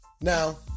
Now